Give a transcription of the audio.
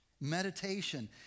Meditation